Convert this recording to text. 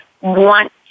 want